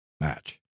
match